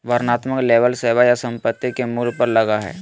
वर्णनात्मक लेबल सेवा या संपत्ति के मूल्य पर लगा हइ